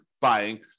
buying